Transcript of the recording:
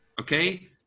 okay